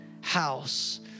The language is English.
house